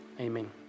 Amen